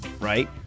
right